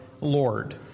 Lord